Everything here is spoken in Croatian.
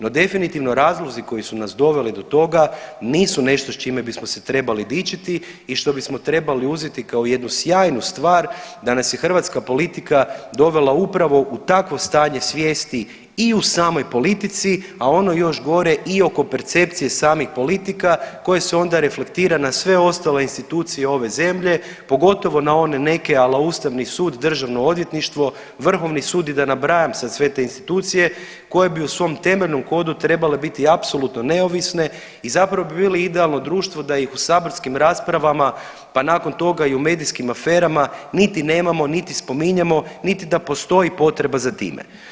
No definitivno razlozi koji su nas doveli do toga nisu nešto s čime bismo se trebali dičiti i što bismo trebali uzeti kao jednu sjajnu star, da nas je hrvatska politika dovela upravo u takvo stanje svijesti i u samoj politici, a ono još gore i oko percepcije samih politika koje se onda reflektira na sve ostale institucije ove zemlje pogotovo na one neke a la Ustavni sud, Državno odvjetništvo, Vrhovni sud i da ne nabrajam sad sve te institucije koje bi u svom temeljnom kodu trebale biti apsolutno neovisne i zapravo bi bile idealno društvo da ih u saborskim raspravama pa nakon toga i u medijskim aferama niti nemamo, niti spominjemo, niti da postoji potreba za time.